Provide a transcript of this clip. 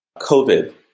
COVID